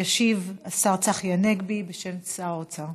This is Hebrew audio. ישיב השר צחי הנגבי, בשם שר האוצר.